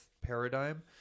paradigm